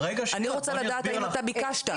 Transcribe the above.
אני רוצה לדעת האם אתה ביקשת.